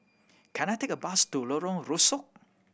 can I take a bus to Lorong Rusuk